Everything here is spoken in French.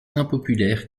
impopulaire